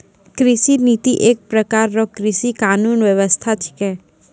कृषि नीति एक प्रकार रो कृषि कानून व्यबस्था छिकै